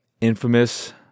infamous